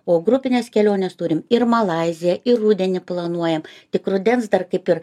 o grupines keliones turim ir malaiziją ir rudenį planuojam tik rudens dar kaip ir